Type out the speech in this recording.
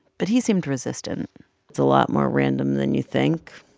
but he seemed resistant it's a lot more random than you think.